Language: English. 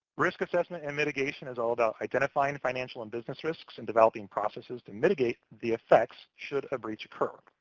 risk assessment and mitigation is all about identifying financial and business risks and developing processes to mitigate the effects should a breach occur.